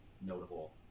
notable